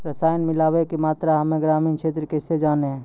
रसायन मिलाबै के मात्रा हम्मे ग्रामीण क्षेत्रक कैसे जानै?